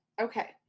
Okay